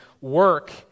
work